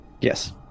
Yes